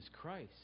Christ